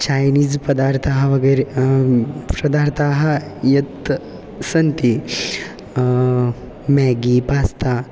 Chinese पदार्थाः वगेरे पदार्थाः यत् सन्ति म्यागी पास्ता